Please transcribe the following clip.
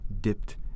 dipped